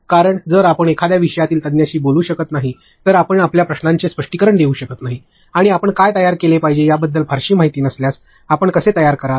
कारण जर आपण एखाद्या विषयातील तज्ञाशी बोलू शकत नाही तर आपण आपल्या प्रश्नांचे स्पष्टीकरण देऊ शकत नाही आणि आपण काय तयार केले पाहिजे याबद्दल फारशी माहिती नसल्यास आपण कसे तयार कराल